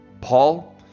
Paul